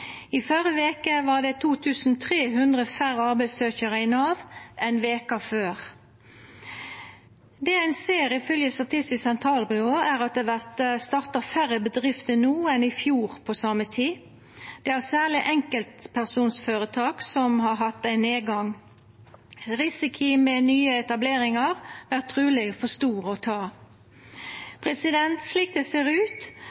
I førre veke var der 2 300 færre arbeidssøkjarar hjå Nav enn veka før. Det ein ser, ifylgje Statistisk sentralbyrå, er at det vert starta færre bedrifter no enn i fjor på same tid. Det er særleg enkeltpersonføretak som har hatt ein nedgang. Risikoane med nye etableringar vert truleg for store å ta. Slik det ser ut,